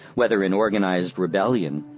whether in organized rebellion,